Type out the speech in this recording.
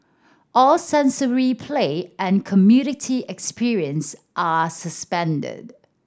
all sensory play and community experience are suspended